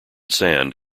sand